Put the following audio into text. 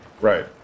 Right